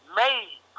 made